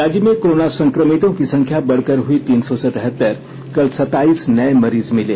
राज्य में कोरोना संक्रमितों की संख्या बढ़कर हुई तीन सौ सतहत्तर कल सत्ताईस नए मरीज मिले